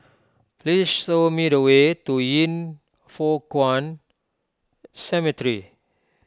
please show me the way to Yin Foh Kuan Cemetery